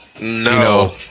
no